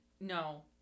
No